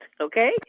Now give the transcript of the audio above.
Okay